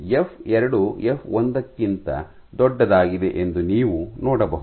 F ಎರಡು F ಒಂದಕ್ಕಿಂತ ದೊಡ್ಡದಾಗಿದೆ ಎಂದು ನೀವು ನೋಡಬಹುದು